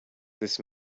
this